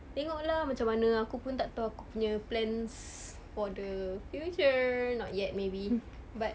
tengok lah macam mana aku pun tak tahu aku punya plans for the future not yet maybe but